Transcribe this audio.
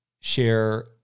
share